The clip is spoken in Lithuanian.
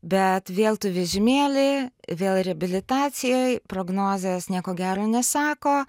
bet vėl tu vežimėly vėl reabilitacijoj prognozės nieko gero nesako